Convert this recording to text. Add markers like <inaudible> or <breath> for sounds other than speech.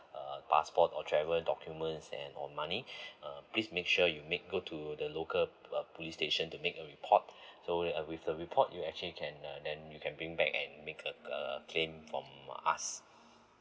uh passport or travel documents and or money <breath> uh please make sure you make go to the local uh police station to make a report <breath> so uh with the report you actually can uh then you can bring back and make a uh claim from us